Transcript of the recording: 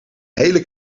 hele